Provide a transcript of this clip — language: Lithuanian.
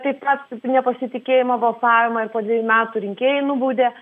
taip pat nepasitikėjimo balsavimą ir po dvejų metų rinkėjai nubaudė